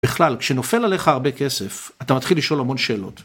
בכלל, כשנופל עליך הרבה כסף, אתה מתחיל לשאול המון שאלות.